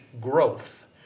growth